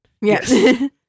Yes